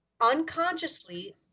unconsciously